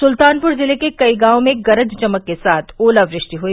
सुल्तानपुर जिले के कई गाँवों में गरज चमक के साथ ओलावृष्टि हुई